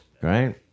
right